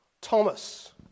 Thomas